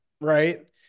right